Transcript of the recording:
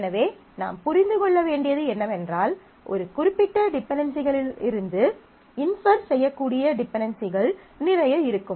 எனவே நாம் புரிந்து கொள்ள வேண்டியது என்னவென்றால் ஒரு குறிப்பிட்ட டிபென்டென்சிகளிலிருந்து இன்ஃபர் செய்யக்கூடிய டிபென்டென்சிகள் நிறைய இருக்கும்